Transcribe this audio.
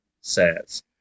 says